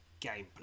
gameplay